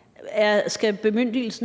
(Peter Hummelgaard):